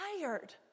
tired